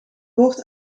woord